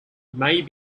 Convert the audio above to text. may